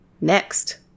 next